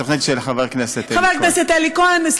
זאת התוכנית של חבר הכנסת אלי כהן.